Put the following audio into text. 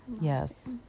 Yes